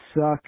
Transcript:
suck